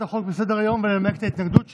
החוק מסדר-היום ולנמק את ההתנגדות שלה.